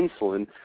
insulin